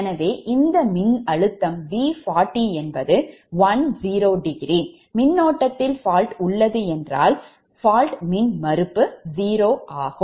எனவே இந்த மின்னழுத்தம் V40 1∠0 மின்னோட்டத்தில் fault உள்ளது என்றால் ஏனெனில் fault மின்மறுப்பு 0 ஆகும்